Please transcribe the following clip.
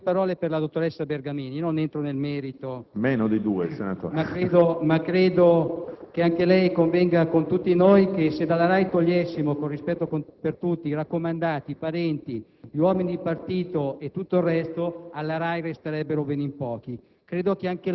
di due, senatore Galli. GALLI *(LNP)*. Non entro nel merito, ma credo che anche lei convenga con noi che se togliessimo, con rispetto per tutti, i raccomandati, i parenti, gli uomini di partito e tutto il resto, alla RAI resterebbero ben in pochi.